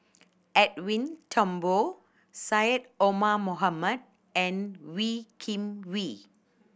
Edwin Thumboo Syed Omar Mohamed and Wee Kim Wee